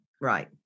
right